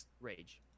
rage